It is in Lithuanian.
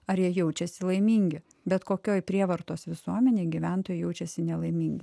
ar jie jaučiasi laimingi bet kokioj prievartos visuomenėj gyventojai jaučiasi nelaimingi